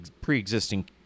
pre-existing